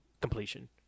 completion